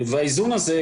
האיזון הזה,